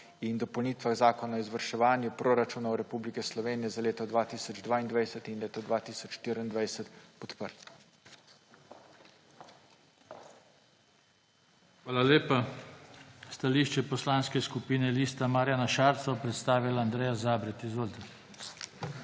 in dopolnitvah zakona o izvrševanju proračunov Republike Slovenije za leto 2022 in leto 2023 podprli. PODPREDSEDNIK JOŽE TANKO: Hvala lepa. Stališče Poslanske skupine Liste Marjana Šarca bo predstavila Andreja Zabret. Izvolite.